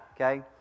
okay